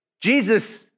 Jesus